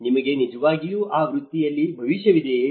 ನಿಮಗೆ ನಿಜವಾಗಿಯೂ ಆ ವೃತ್ತಿಯಲ್ಲಿ ಭವಿಷ್ಯವಿದೆಯೇ